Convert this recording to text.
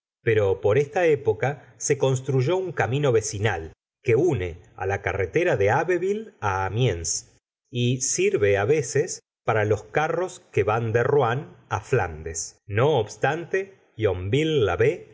pero por esta época se construyó un camino vecinal que se une la carretera de la señora de bovary abbeville á amiens y sirve á veces para los carros que van de rouen á flandes no obstante